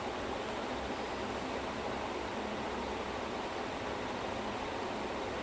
that's that's a good movie sia like I did not expect karthi to act so well